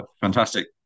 fantastic